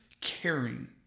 caring